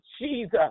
Jesus